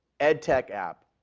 ed tech app,